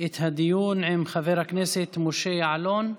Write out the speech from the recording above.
את הדיון עם חבר הכנסת משה יעלון,